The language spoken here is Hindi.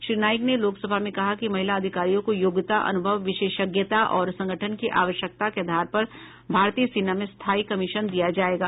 श्री नाइक ने लोकसभा में कहा कि महिला अधिकारियों को योग्यता अनुभव विशेषज्ञता और संगठन की आवश्यकता के आधार पर भारतीय सेना में स्थायी कमीशन दिया जायेगा